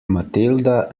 matilda